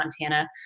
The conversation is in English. Montana